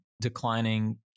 declining